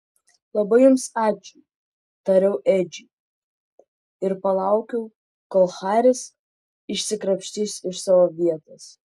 labai jums ačiū tariau edžiui ir palaukiau kol haris išsikrapštys iš savo vietos